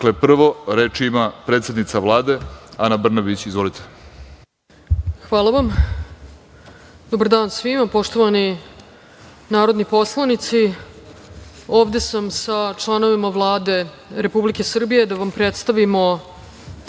reč? Prvo, reč ima predsednica Vlade, Ana Brnabić. Izvolite. **Ana Brnabić** Hvala vam. Dobar dan svima, poštovani narodni poslanici, ovde sam sa članovima Vlade Republike Srbije da vam predstavimo